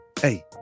hey